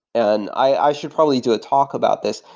and i should probably do a talk about this.